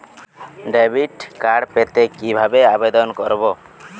Debit card পেতে কিভাবে আবেদন করব?